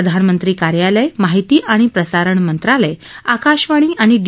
प्रधानमंत्री कार्यालय माहिती आणि प्रसारण मंत्रालय आकाशवाणी आणि डी